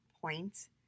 point